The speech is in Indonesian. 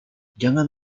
jangan